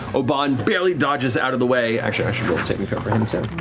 obann barely dodges out of the way. actually, i should roll a saving throw for him, too.